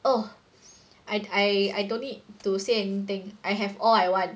oh I I don't need to say anything I have all I want